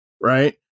right